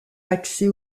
accès